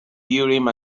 urim